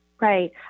Right